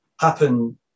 happen